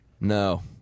No